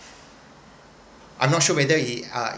I'm not sure whether he uh